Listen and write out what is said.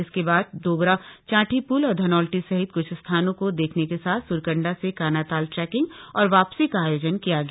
इसके बाद डोबरा चांठी प्ल और धनौल्टी सहित कुछ स्थानों को देखने के साथ स्रकंडा से कानाताल ट्रैकिंग और वापसी का आयोजन किया गया